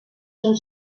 són